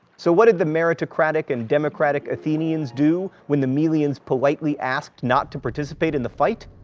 so what did the meritocratic and democratic athenians do when the melians politely asked not to participate in the fight?